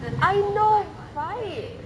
I know right